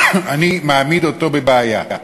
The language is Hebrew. אני מעמיד אותו מול בעיה.